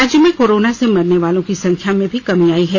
राज्य में कोरोना से मरनेवालों की संख्या में भी कमी आयी है